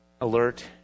alert